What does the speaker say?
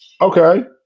Okay